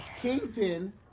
Kingpin